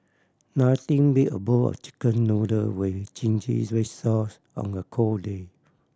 nothing beat a bowl of Chicken Noodle with zingy red sauce on a cold day